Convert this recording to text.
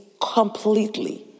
completely